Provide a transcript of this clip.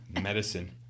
medicine